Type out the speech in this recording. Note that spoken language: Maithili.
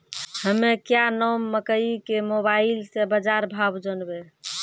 हमें क्या नाम मकई के मोबाइल से बाजार भाव जनवे?